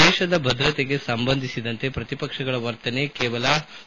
ದೇಶದ ಭದ್ರತೆಗೆ ಸಂಬಂಧಿಸಿದಂತೆ ಪ್ರತಿಪಕ್ಷಗಳ ವರ್ತನೆ ಕೇವಲ